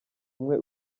umwe